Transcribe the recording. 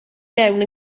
mewn